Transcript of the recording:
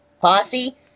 posse